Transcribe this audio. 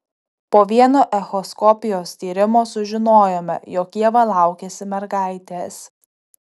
po vieno echoskopijos tyrimo sužinojome jog ieva laukiasi mergaitės